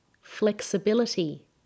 Flexibility